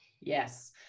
yes